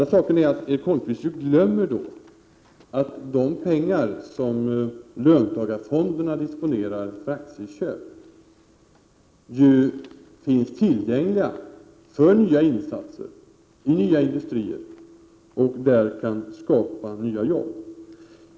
Det andra är att Erik Holmkvist då glömmer att de pengar som löntagarfonderna disponerar för aktieköp ju finns tillgängliga för nya insatser i nya industrier och där kan skapa nya jobb.